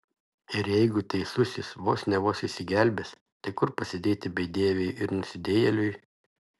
ir jeigu teisusis vos ne vos išsigelbės tai kur pasidėti bedieviui ir nusidėjėliui